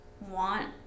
want